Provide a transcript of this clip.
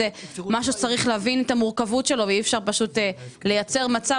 זה משהו שצריך להבין את המורכבות שלו ואי אפשר לייצר מצב